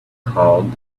called